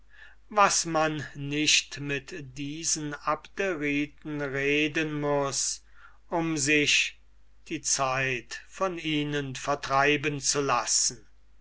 was man nicht mit diesen abderiten reden muß um sich die zeit von ihnen vertreiben zu lassen